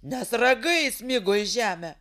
nes ragai smigo į žemę